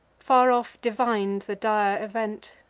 far off divin'd the dire event,